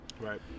Right